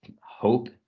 hope